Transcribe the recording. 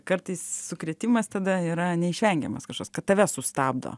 kartais sukrėtimas tada yra neišvengiamas kažkas tave sustabdo